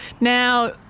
Now